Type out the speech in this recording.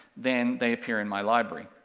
then they appear in my library.